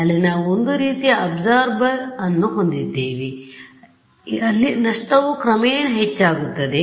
ಅಲ್ಲಿ ನಾವು ಒಂದು ರೀತಿಯ ಅಬ್ಸಾರ್ಬರ್ ಅನ್ನು ಹೊಂದಿದ್ದೇವೆ ಅಲ್ಲಿ ನಷ್ಟವು ಕ್ರಮೇಣ ಹೆಚ್ಚಾಗುತ್ತದೆ